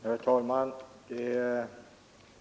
Herr talman!